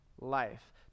life